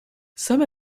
some